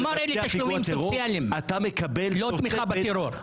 הוא אמר: אלה תשלומים סוציאליים, לא תמיכה בטרור.